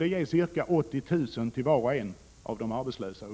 ge ca 80 000 kr. till var och en av de arbetslösa.